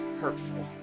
hurtful